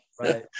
Right